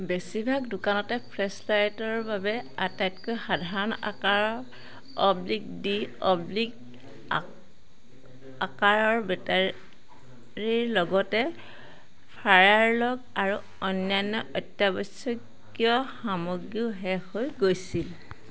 বেছিভাগ দোকানতে ফ্লেশ্বলাইটৰ বাবে আটাইতকৈ সাধাৰণ আকাৰৰ অবলিক ডি অবলিক আকাৰৰ বেটাৰীৰ লগতে ফায়াৰলগ আৰু অন্যান্য অত্যাৱশ্যকীয় সামগ্ৰীও শেষ হৈ গৈছিল